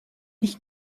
nicht